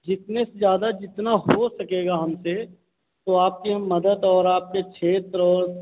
जितने से ज़्यादा जितना हो सकेगा हमसे तो आपकी हम मदद और आपके क्षेत्र